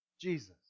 Jesus